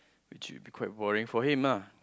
which you'd be quite boring for him ah